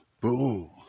Boom